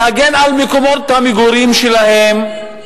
להגן על מקומות המגורים שלהן,